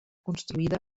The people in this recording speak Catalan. construïda